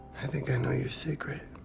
i think i know your secret.